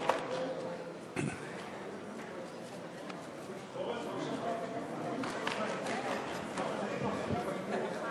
חברי הכנסת.